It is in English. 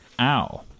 Ow